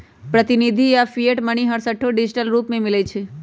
प्रतिनिधि आऽ fiat money हरसठ्ठो डिजिटल रूप में मिलइ छै